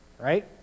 right